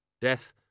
Death